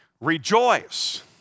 rejoice